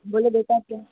बोलो बेटा क्या